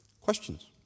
Questions